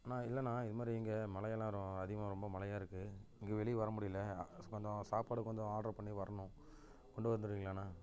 அண்ணா இல்லைண்ணா இதுமாதிரி இங்கே மழையெல்லாம் ரொ அதிகமாக ரொம்ப மழையாக இருக்குது இங்கே வெளியில வரமுடியல கொஞ்சம் சாப்பாடு கொஞ்சம் ஆர்ட்ரு பண்ணி வரணும் கொண்டு வந்துருவீங்களாண்ணா